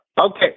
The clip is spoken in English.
Okay